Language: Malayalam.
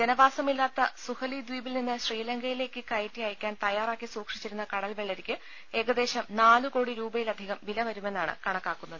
ജനവാ സമില്ലാത്ത സുഹലി ദ്വീപിൽ നിന്ന് ശ്രീലങ്കയിലേക്ക് കയറ്റി അയക്കാൻ തയ്യാറാക്കി സൂക്ഷിച്ചിരുന്ന കടൽവെള്ളരിക്ക് ഏകദേശം നാല് കോടി രൂപയിലധികം വില വരുമെന്നാണ് കണക്കാക്കുന്നത്